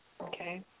Okay